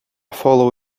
follow